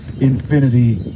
Infinity